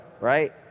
right